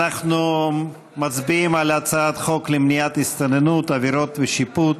אנחנו מצביעים על הצעת חוק למניעת הסתננות (עבירות שיפוט)